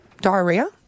Diarrhea